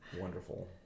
Wonderful